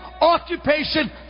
occupation